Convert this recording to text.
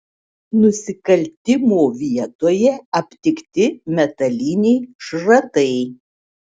nusikaltimo vietoje aptikti metaliniai šratai